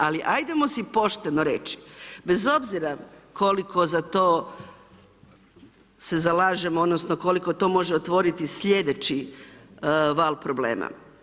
Ali ajdemo si pošteno reći, bez obzira koliko za to se zalažemo, odnosno koliko to može otvoriti sljedeći val problema.